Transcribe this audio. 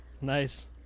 Nice